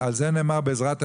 על זה נאמר בעזרת השם.